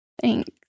Thanks